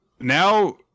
now